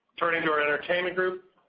turning to our entertainment group,